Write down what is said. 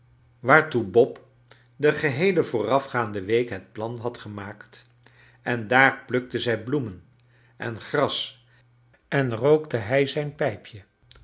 waartoe bob de geheele voorafgaande week het plan had gemaakt en daar plukte zij bloemen en gras en rookte hij zijn pijpje